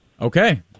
Okay